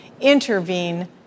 intervene